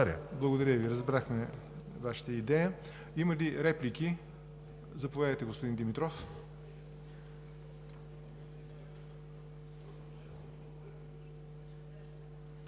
Благодаря Ви, разбрахме Вашата идея. Има ли реплики? Заповядайте, господин Димитров.